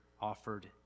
offered